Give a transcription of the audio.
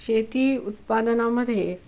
शेती उत्पादनामधे